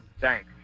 Thanks